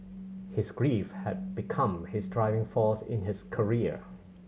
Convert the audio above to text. his grief had become his driving force in his career